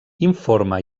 informa